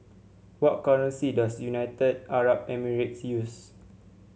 what currency does United Arab Emirates use